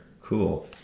Cool